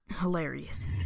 hilarious